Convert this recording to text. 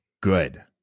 good